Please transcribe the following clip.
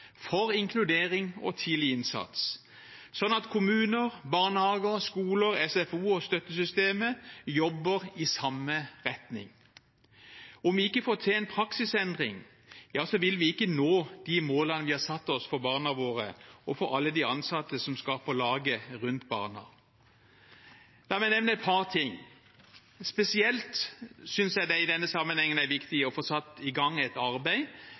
for inkludering og tidlig innsats, sånn at kommuner, barnehager, skoler, SFO og støttesystemet jobber i samme retning. Om vi ikke får til en praksisendring, vil vi ikke nå de målene vi har satt oss for barna våre og for alle de ansatte som skaper laget rundt barna. La meg nevne et par ting. Spesielt synes jeg det i denne sammenhengen er viktig å få satt i gang et arbeid